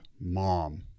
mom